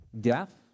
Death